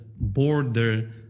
border